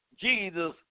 Jesus